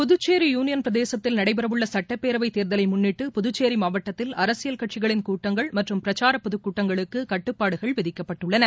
Puducherry union பிரதேசத்தில் நடைபெறவுள்ள சுட்டப்பேரவை தேர்தலை முன்னிட்டு புதுச்சேரி மாவட்டத்தில் அரசியல் கட்சிகளின் கூட்டங்கள் மற்றும் பிரச்சார பொதுக்கூட்டங்களுக்கு கட்டுப்பாடுகள் விதிக்கப்பட்டுள்ளன